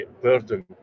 burden